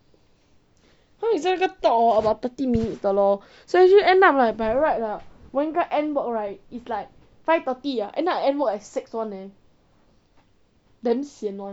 他们很像那个 talk hor about thirty minutes 的 lor so actually end up like by right lah 我应该 end work right it's like five thirty ah end up I end work at six [one] leh damn sian [one]